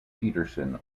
peterson